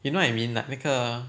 you know what I mean like 那个